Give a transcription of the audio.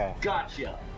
Gotcha